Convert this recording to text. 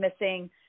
missing